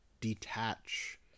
detach